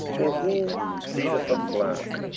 or who feedeth a flock,